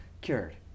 Cured